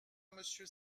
monsieur